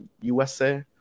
USA